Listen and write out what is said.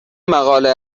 مقاله